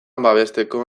babesteko